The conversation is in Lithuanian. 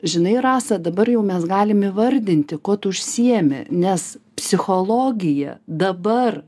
žinai rasa dabar jau mes galim įvardinti kuo tu užsiimi nes psichologija dabar